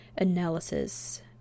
analysis